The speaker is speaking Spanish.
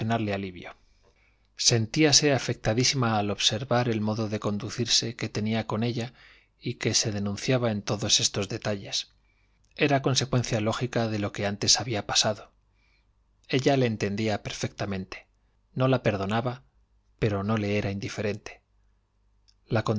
alivio sentíase afectadísima al observar el modo de conducirse que tenía con ella y que se denunciaba en todos estos detalles era consecuencia lógica de lo que antes había pasado ella le entendía perfectamente no la perdonaba pero no le era indiferente la